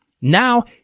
Now